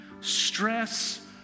stress